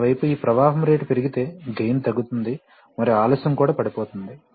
మరోవైపు ఈ ఈ ప్రవాహం రేటు పెరిగితే గెయిన్ తగ్గుతుంది మరియు ఆలస్యం కూడా పడిపోతుంది